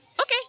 okay